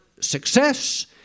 success